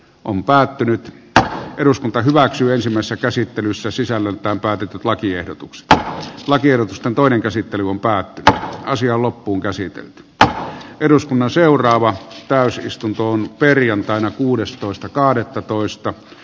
on päätynyt että eduskunta hyväksyy samassa käsittelyssä sisällöltään päätetyt lakiehdotukset lakiehdotusta toinen käsittely on päätettävä asia on loppuunkäsitelty tä eduskunnan seuraavaan täysistuntoon perjantaina kuudestoista kahdettatoista